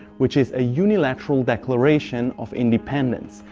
which is a unilateral declaration of independence,